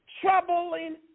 troubling